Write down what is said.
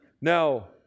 Now